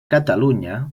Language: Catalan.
catalunya